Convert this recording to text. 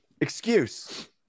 excuse